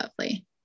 lovely